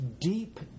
deep